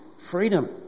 freedom